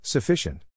Sufficient